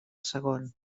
segon